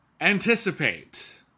anticipate